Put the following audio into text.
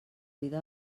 vida